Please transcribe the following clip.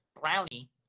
brownie